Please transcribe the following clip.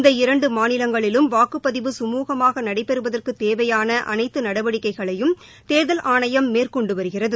இந்த இரண்டு மாநிலங்களிலும் வாக்குப்பதிவு கமூகமாக நடைபெறுவதற்குத் தேவையான அனைத்து நடவடிக்கைகளையும் தேர்தல் ஆணையம் மேற்கொண்டு வருகிறது